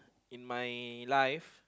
in my life